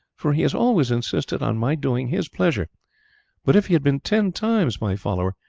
for he has always insisted on my doing his pleasure but if he had been ten times my follower,